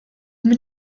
mit